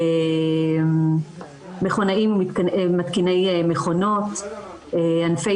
שיש בהם מחלקה סיעודית או מחלקה לתשושי נפש